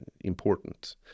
important